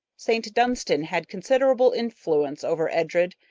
st. dunstan had considerable influence over edred,